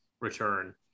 return